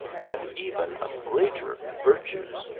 and even of greater virtues.